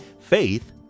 Faith